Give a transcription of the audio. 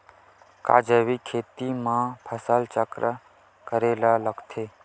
का जैविक खेती म फसल चक्र करे ल लगथे?